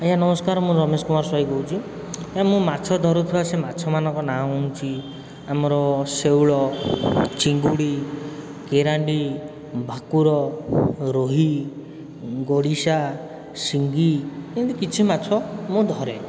ଆଜ୍ଞା ନମସ୍କାର ମୁଁ ରମେଶ କୁମାର ସ୍ୱାଇଁ କହୁଛି ଏ ମୁଁ ମାଛ ଧରୁଥିବା ସେ ମାଛମାନଙ୍କର ନାଁ ହେଉଛି ଆମର ଶେଉଳ ଚିଙ୍ଗୁଡ଼ି କେରାଣ୍ଡି ଭାକୁର ରୋହି ଗଡ଼ିଶା ସିଙ୍ଗି ଏମିତି କିଛି ମାଛ ମୁଁ ଧରେ